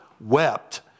wept